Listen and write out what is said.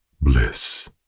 bliss